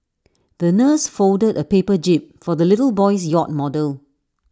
the nurse folded A paper jib for the little boy's yacht model